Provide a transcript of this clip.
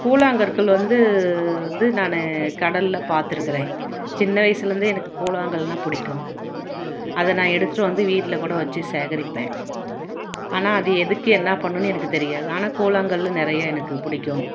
கூழாங்கற்கள் வந்து வந்து நான் கடலில் பார்த்துருக்குறேன் சின்ன வயிசில் இருந்தே எனக்கு கூழாங்கல்னா பிடிக்கும் அதை நான் எடுத்துகிட்டு வந்து வீட்டில் கூட வச்சி சேகரிப்பேன் ஆனால் அது எதுக்கு என்ன பண்ணுன்னு எனக்கு தெரியாது ஆனால் கூழாங்கல்லு நிறையா எனக்கு பிடிக்கும்